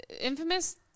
Infamous